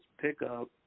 pickup